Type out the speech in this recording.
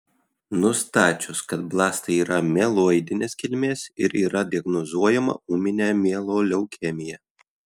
nustačius kad blastai yra mieloidinės kilmės ir yra diagnozuojama ūminė mieloleukemija